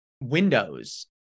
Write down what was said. windows